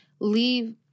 leave